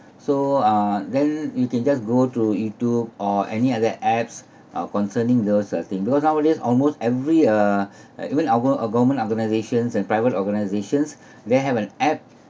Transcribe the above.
so uh then you can just go through youtube or any other apps uh concerning those uh thing because nowadays almost every uh even our uh government organisations and private organisations they have an app